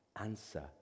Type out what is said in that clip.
answer